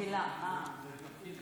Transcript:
אבל אני רוצה